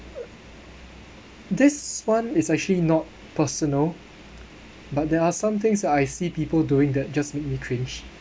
this one is actually not personal but there are some things I see people doing that just makes me cringe